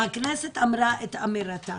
הכנסת אמרה את אמירתה